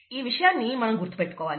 ఈ విషయాన్ని మనం గుర్తు పెట్టుకోవాలి